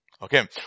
Okay